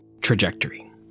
trajectory